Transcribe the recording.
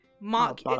mark